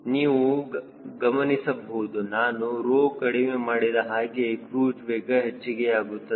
ನೀವು ಗಮನಿಸಬಹುದು ನಾನು ರೋ ಕಡಿಮೆ ಮಾಡಿದ ಹಾಗೆ ಕ್ರೂಜ್ ವೇಗ ಹೆಚ್ಚಿಗೆ ಯಾಗುತ್ತದೆ